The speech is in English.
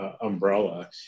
Umbrella